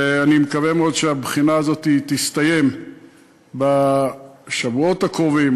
ואני מקווה מאוד שהבחינה הזאת תסתיים בשבועות הקרובים,